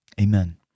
Amen